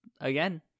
again